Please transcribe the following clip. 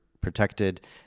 protected